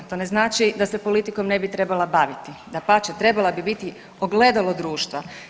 To ne znači da se politikom ne bi trebala baviti, dapače trebala bi biti ogledalo društva.